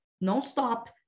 non-stop